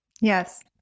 Yes